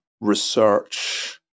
research